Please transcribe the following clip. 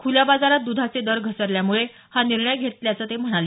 खुल्या बाजारात दुधाचे दर घसरल्यामुळे हा निर्णय घेतल्याचं ते म्हणाले